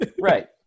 Right